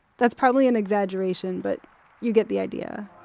that's probably an exaggeration but you get the idea